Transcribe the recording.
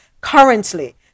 Currently